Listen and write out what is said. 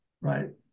right